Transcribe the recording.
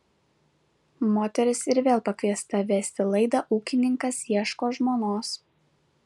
moteris ir vėl pakviesta vesti laidą ūkininkas ieško žmonos